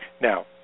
Now